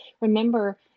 remember